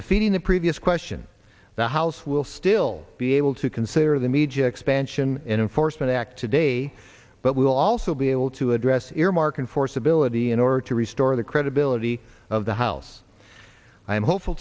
defeating the previous question the house will still be able to consider the media expansion in enforcement act today but we will also be able to address earmark and force ability in order to restore the credibility of the house i am hopeful